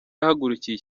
yahagurukiye